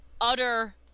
utter